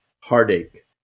heartache